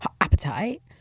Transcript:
appetite